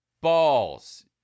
Balls